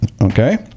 Okay